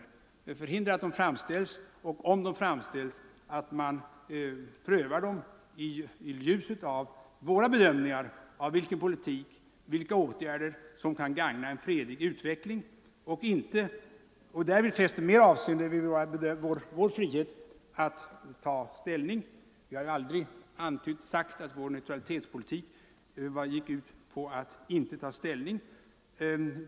Om sådana förslag framställs bör man pröva dem mot bakgrund av våra egna bedömningar av vilka åtgärder som kan gagna en fredlig utveckling. Därvid bör vi fästa större avseende vid vår frihet att ta ställning. Vi har aldrig sagt att vår neutralitetspolitik skulle gå ut på att inte ta ställning.